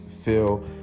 feel